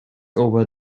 over